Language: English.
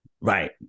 Right